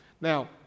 Now